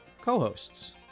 co-hosts